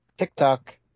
TikTok